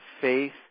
faith